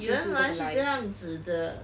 原来是这样子的